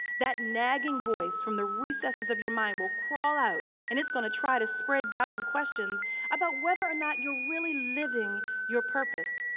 that nagging voice from the recesses of your mind will crawl out and it's going to try to spread doubt and questions about whether or not you're really living your purpose.